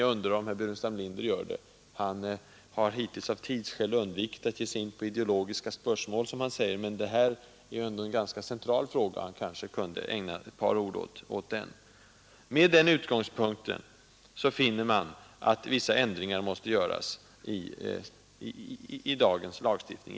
Jag undrar om herr Burenstam Linder gör det; han har hittills av tidsskäl undvikit att ge sig in på ideologiska spörsmål, men eftersom detta är en central fråga kunde han kanske ha ägnat ett par ord åt den. Med den utgångspunkten finner man att vissa ändringar måste göras i dagens lagstiftning.